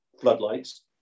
floodlights